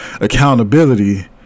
Accountability